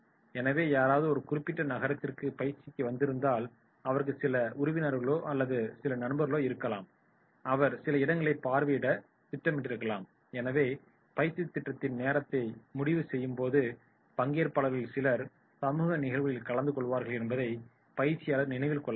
எனவே யாராவது ஒரு குறிப்பிட்ட நகரத்திற்கு பயிற்சிக்கு வந்திருந்தால் அவருக்கு சில உறவினர்களோ அல்லது சில நண்பர்களோ இருக்கலாம் அவர் சில இடங்களைப் பார்வையிடத் திட்டமிட்டிருக்கலாம் எனவே பயிற்சித் திட்டத்தின் நேரத்தை முடிவு செய்யும் போது பங்கேற்பாளர்களில் சிலர் சமூக நிகழ்வுகளில் கலந்துகொள்வார்கள் என்பதை பயிற்சியாளர் நினைவில் கொள்ள வேண்டும்